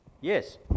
Yes